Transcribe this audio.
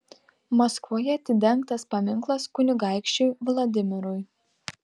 maskvoje atidengtas paminklas kunigaikščiui vladimirui